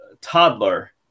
toddler